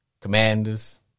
Commanders